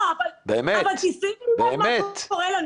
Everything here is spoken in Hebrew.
לא, אבל שימו לב מה קורה לנו.